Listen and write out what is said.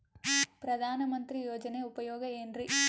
ಪ್ರಧಾನಮಂತ್ರಿ ಯೋಜನೆ ಉಪಯೋಗ ಏನ್ರೀ?